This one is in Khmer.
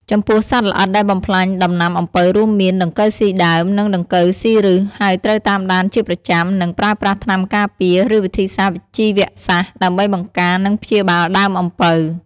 ចំពោះសត្វល្អិតដែលបំផ្លាញដំណាំអំពៅរួមមាន ដង្កូវស៊ីដើម និងដង្កូវស៊ីឫស ហើយត្រូវតាមដានជាប្រចាំ និងប្រើប្រាស់ថ្នាំការពារ ឬវិធីសាស្ត្រជីវសាស្រ្តដើម្បីបង្ការ និងព្យាបាលដើមអំពៅ។